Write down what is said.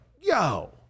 yo